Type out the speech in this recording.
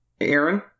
Aaron